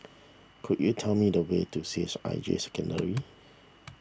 could you tell me the way to C H I J Secondary